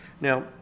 Now